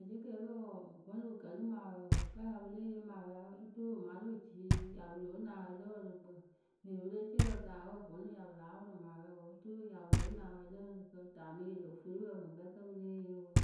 Acɩkɛɛpǝ wǝǝ vǝ́ nɨŋ pɨ kǝlɨ mɨ awɛ wǝǝ kǝ́ pɨ ya pɨ lée yee mɨ awɛ oturu pɨ marɨ pɨ cii ya pɨ lóo nuŋ awɛ lǝ wɨrɨkpǝ. Mɨŋ epereceepǝ kaa wǝǝ vǝ́ nɨŋ pɨ ya pɨ láa wʊrʊ mɨ awɛ wǝǝ, oturu pɨ ya pɨ lóo nuŋ awɛ lǝ wɨrɨkǝ tɨ a mɨ yɩrɩ ofuri kǝ́ pɨ ŋkpɛ pɨ lée yee wǝǝ.